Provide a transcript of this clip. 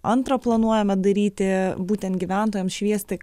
antrą planuojama daryti būtent gyventojams šviesti